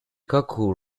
cuckoo